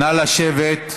נא לשבת.